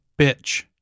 bitch